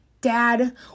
dad